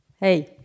Hey